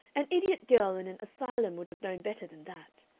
an idiot girl in an asylum would have known better than that!